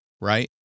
right